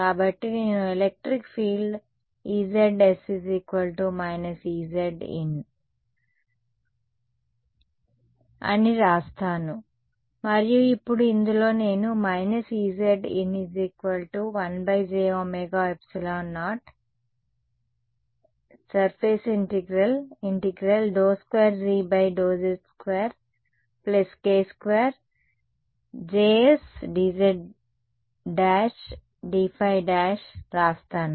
కాబట్టి నేను electric field E zs Ezin అని వ్రాస్తాను మరియు ఇప్పుడు ఇందులో నేను − Ezin 1jωε0∮∫2G z 2 k2 Jsdz' dϕ' వ్రాస్తాను